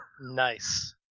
Nice